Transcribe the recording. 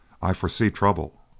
i foresee trouble.